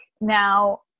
Now